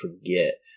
forget